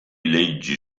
leggi